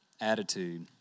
Attitude